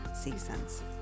seasons